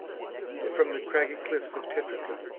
and from the craggy cliffs of tetrica,